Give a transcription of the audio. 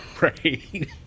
Right